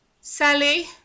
Sally